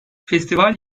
festival